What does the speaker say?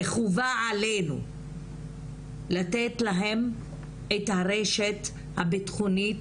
זה חובה עלינו לתת להם את הרשת הביטחונית